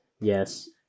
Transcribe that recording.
Yes